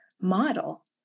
model